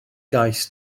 gais